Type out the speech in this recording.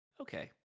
okay